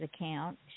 account